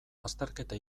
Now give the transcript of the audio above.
azterketa